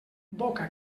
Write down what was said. boca